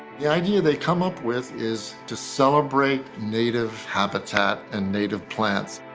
the idea they come up with is to celebrate native habitat and native plants